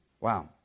Wow